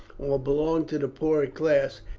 or belong to the poorer class,